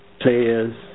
players